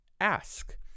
ask